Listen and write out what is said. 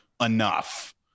enough